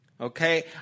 Okay